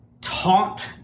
taught